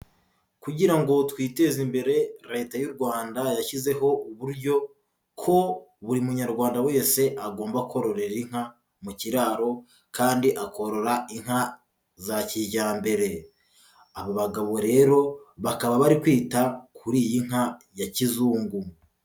Kugira ngo twiteze imbere Leta y'u Rwanda yashyizeho uburyo ko buri Munyarwanda wese agomba kororera inka mu kiraro kandi akorora inka za kijyambere, abo bagabo rero bakaba bari kwita kuri iyi nka ya kizungu.